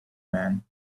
man